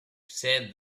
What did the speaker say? said